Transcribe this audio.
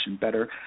better